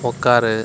உட்காரு